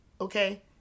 okay